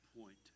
point